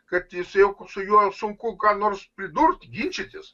kad jis jog su juo sunku ką nors pridurt ginčytis